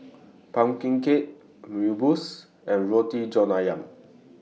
Pumpkin Cake Mee Rebus and Roti John Ayam